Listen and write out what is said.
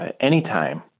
anytime